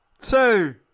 two